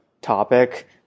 topic